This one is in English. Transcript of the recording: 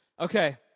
Okay